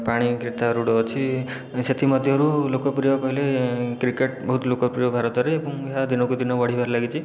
ପାଣି କ୍ରୀତାରୁଡ଼ ଅଛି ସେଥିମଧ୍ୟରୁ ଲୋକପ୍ରିୟ କହିଲେ କ୍ରିକେଟ ବହୁତ ଲୋକପ୍ରିୟ ଭାରତରେ ଏବଂ ଏହା ଦିନକୁ ଦିନକୁ ବଢ଼ିବାରେ ଲାଗିଛି